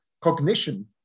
cognition